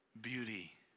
beauty